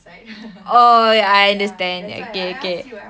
oh I understand K K